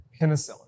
penicillin